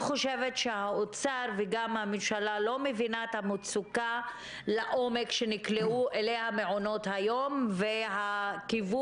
האוצר וגם הממשלה לא מבינים את המצוקה שנקלעו אליה מעונות היום לעומק,